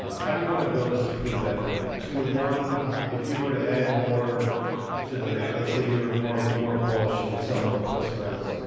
how do you want to build this to prove that point? two to one if you were to add more to the let's say you were more more bullish. you would sell more put spreads.